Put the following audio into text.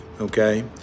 okay